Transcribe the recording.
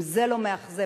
אם זה לא מאכזב,